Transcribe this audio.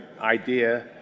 idea